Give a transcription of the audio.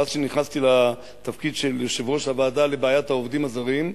מאז שנכנסתי לתפקיד של יושב-ראש הוועדה לבעיית העובדים הזרים,